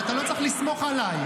אבל אתה לא צריך לסמוך עליי.